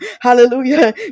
hallelujah